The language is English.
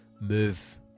move